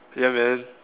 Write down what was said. ya man